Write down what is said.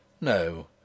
No—